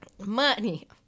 Money